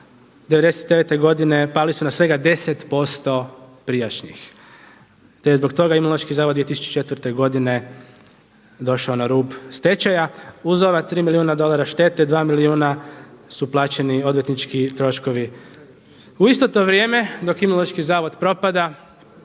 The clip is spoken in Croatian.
'99. godine pali su svega na 10% prijašnjih, te je zbog toga Imunološki zavod 2004. godine došao na rub stečaja. Uz ova tri milijuna dolara štete, dva milijuna su plaćeni odvjetnički troškovi. U to isto to vrijeme dok Imunološki zavod propada,